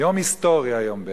יום היסטורי היום בארץ-ישראל,